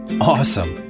Awesome